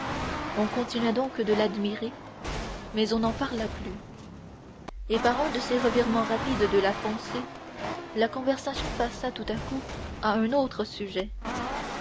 on continua donc de l'admirer mais on n'en parla plus et par un de ces revirements rapides de la pensée la conversation passa tout à coup à un autre sujet